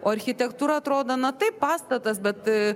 o architektūra atrodo na taip pastatas bet